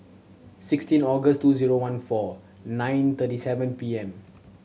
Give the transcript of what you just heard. sixteen August two zero one four nine thirty seven P M